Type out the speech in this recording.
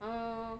err